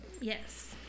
Yes